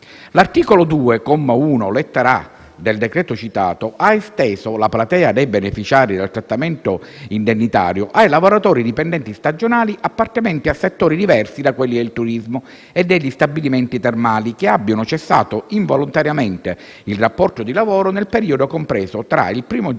L'articolo 2, comma 1, lettera *a)*, del decreto citato ha esteso la platea dei beneficiari del trattamento indennitario ai lavoratori dipendenti stagionali appartenenti a settori diversi da quelli del turismo e degli stabilimenti termali, che abbiano cessato involontariamente il rapporto di lavoro nel periodo compreso tra il 1° gennaio